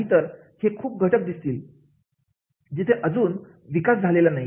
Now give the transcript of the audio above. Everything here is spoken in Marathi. नाहीतर असे खूप घटक दिसतील जिथे अजून विकास झालेला नाही